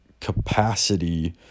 capacity